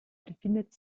befindet